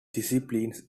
disciplines